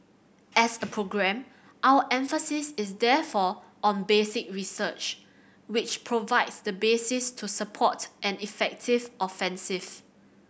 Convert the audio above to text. as a programme our emphasis is therefore on basic research which provides the basis to support an effective offensive